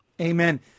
Amen